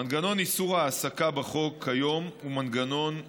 מנגנון איסור ההעסקה בחוק כיום הוא מנגנון מאוזן,